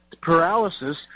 paralysis